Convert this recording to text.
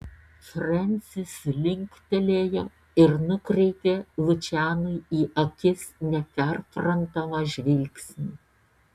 frensis linktelėjo ir nukreipė lučianui į akis neperprantamą žvilgsnį